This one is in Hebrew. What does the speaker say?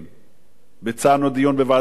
ביצענו דיון בוועדת הכלכלה,